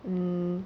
mm